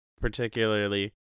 particularly